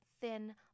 thin